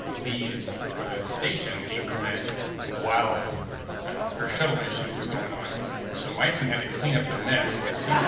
lead for the station increment while her shuttle mission was going on so my team had to clean up the mess